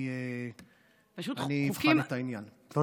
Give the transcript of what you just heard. תודה.